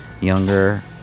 younger